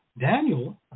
Daniel